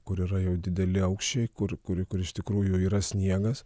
kur yra jau dideli aukščiai kur kur kur iš tikrųjų yra sniegas